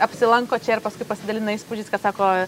apsilanko čia ir paskui pasidalina įspūdžiais kad sako